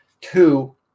Two